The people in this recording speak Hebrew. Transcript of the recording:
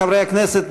חברי הכנסת,